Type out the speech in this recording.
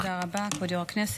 תודה רבה, כבוד יו"ר הישיבה.